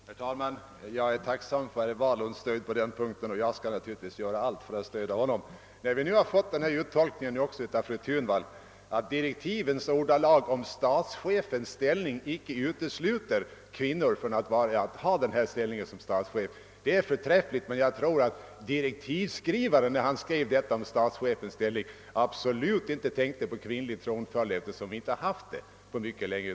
Herr talman! Jag är tacksam för herr Wahlunds stöd på den punkten, och jag skall naturligtvis göra allt för att stödja honom. Det är förträffligt att också fru Thunvall tolkat direktivens ordalag om statschefens ställning så att de icke utesluter kvinnor från ställningen som statschef. Men jag tror inte att direktivskrivaren, när han skrev detta, tänkte på kvinnlig tronföljd, eftersom vi inte haft sådan på mycket länge.